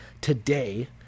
today